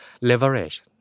leverage